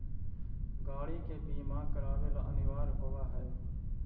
गाड़ि के बीमा करावे ला अनिवार्य होवऽ हई